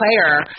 player